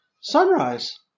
Sunrise